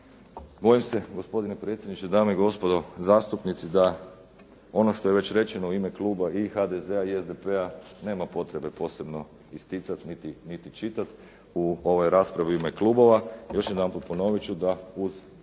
Bojim se gospodine predsjedniče, dame i gospodo zastupnici da je ono što je već rečeno u ime kluba i HDZ-a i SDP-a nema potrebe posebno isticati, niti čitati u ovoj raspravi u ime klubova. Još jednom ponovit ću da uz